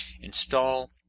install